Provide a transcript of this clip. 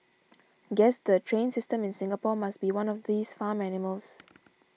guess the train system in Singapore must be one of these farm animals